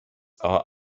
are